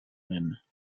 mêmes